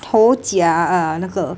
头奖 ah 那个